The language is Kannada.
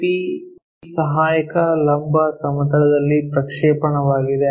ಪಿ ಸಹಾಯಕ ಲಂಬ ಸಮತಲದಲ್ಲಿ ಪ್ರಕ್ಷೇಪಣವಾಗಿದೆ